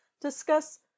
discuss